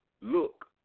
Look